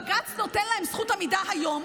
בג"ץ נותן להם זכות עמידה היום.